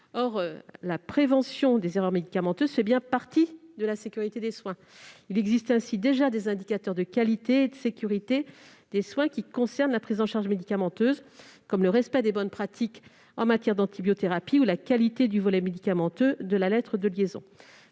Or la prévention des erreurs médicamenteuses fait bien partie de la sécurité des soins. Il existe ainsi déjà des indicateurs de qualité et de sécurité des soins qui concernent la prise en charge médicamenteuse, comme le respect des bonnes pratiques en matière d'antibiothérapie ou la qualité du volet médicamenteux de la lettre de liaison.